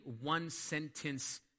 one-sentence